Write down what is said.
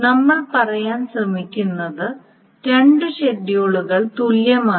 നമ്മൾ പറയാൻ ശ്രമിക്കുന്നത് രണ്ട് ഷെഡ്യൂളുകൾ തുല്യമാണ്